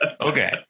Okay